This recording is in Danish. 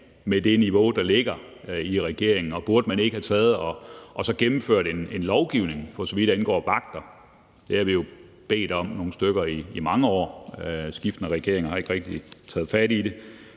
med det niveau, der ligger i regeringen, og burde man ikke have gennemført en lovgivning, for så vidt angår vagter? Det er der jo nogle stykker af os der har bedt om i mange år, men skiftende regeringer har ikke rigtig taget fat i det.